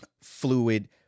fluid